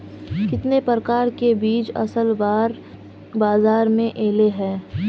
कितने प्रकार के बीज असल बार बाजार में ऐले है?